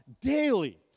daily